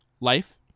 life